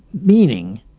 meaning